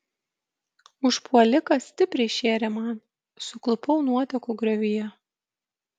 užpuolikas stipriai šėrė man suklupau nuotekų griovyje